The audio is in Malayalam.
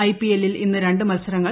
ഐപിഎല്ലിൽ ഇന്ന് രണ്ട് മത്സരങ്ങൾ